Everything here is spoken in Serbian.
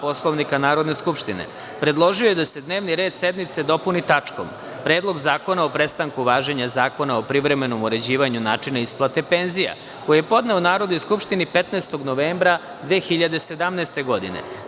Poslovnika Narodne skupštine, predložio je da se dnevni red sednice dopuni tačkom – Predlog zakona prestanku važenja Zakona o privremenom uređivanju načina isplate penzija, koji je podneo Narodnoj skupštini 15. novembra 2017. godine.